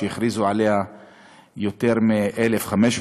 שהכריזו עליה יותר מ-1,500.